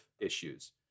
issues